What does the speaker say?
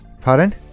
Pardon